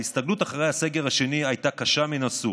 ההסתגלות אחרי הסגר השני הייתה קשה מנשוא,